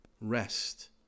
rest